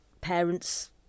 parents